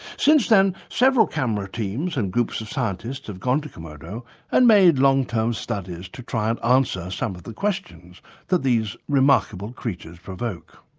since then several camera teams and groups of scientists have gone to komodo and made long-term studies to try and answer some of the questions that these remarkable creatures provoke.